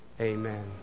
Amen